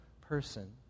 person